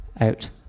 out